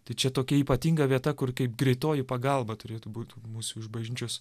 tai čia tokia ypatinga vieta kur kaip greitoji pagalba turėtų būt mūsų iš bažnyčios